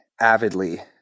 avidly